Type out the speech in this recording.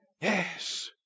Yes